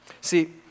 See